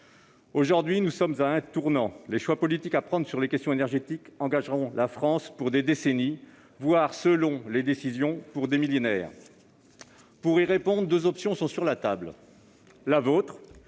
Aujourd'hui, nous sommes à un tournant. Les choix politiques effectués sur les questions énergétiques engageront la France pour des décennies, voire, selon les décisions, pour des millénaires. Pour y répondre, deux options sont sur la table. La vôtre